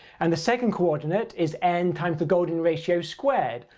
and the second coordinate is n times the golden ratio squared,